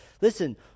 listen